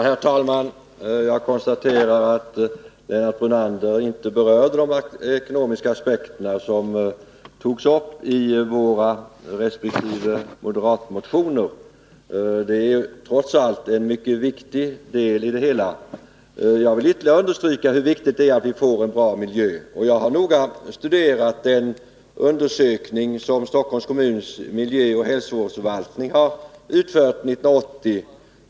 Herr talman! Jag konstaterar att Lennart Brunander inte berörde de ekonomiska aspekter som har tagits upp i våra resp. moderatmotioner. Dessa aspekter utgör trots allt en mycket viktig del i det hela. Jag vill ytterligare understryka hur väsentligt det är att vi får en bra miljö. Jag har noggrant studerat den undersökning som Stockholms kommuns miljöoch hälsovårdsförvaltning gjorde 1980.